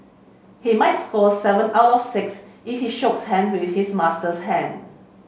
he might score seven out of six if he shook hand with his master hand